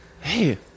Hey